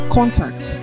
contact